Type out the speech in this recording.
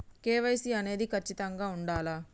KYC అనేది ఖచ్చితంగా ఉండాలా?